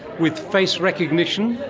with face recognition,